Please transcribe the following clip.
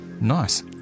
Nice